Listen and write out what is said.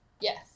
Yes